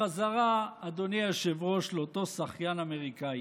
בחזרה, אדוני היושב-ראש, לאותו שחיין אמריקאי.